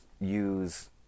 use